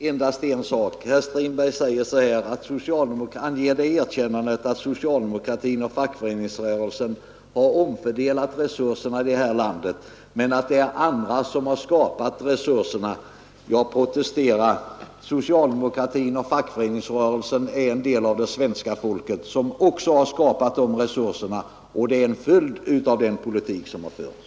Herr talman! Endast en sak: Herr Strindberg ger socialdemokratin och fackföreningsrörelsen det erkännandet, att de har omfördelat resurserna i det här landet, men han säger att det är andra som har skapat dessa resurser. Jag protesterar; socialdemokratin och fackföreningsrörelsen är en del av det svenska folket, och de har också skapat dessa resurser, som är en följd av den politik som har förts.